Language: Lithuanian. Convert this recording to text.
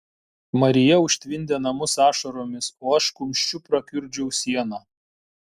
marija užtvindė namus ašaromis o aš kumščiu prakiurdžiau sieną